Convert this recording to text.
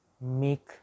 make